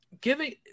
giving